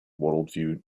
worldview